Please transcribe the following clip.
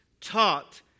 taught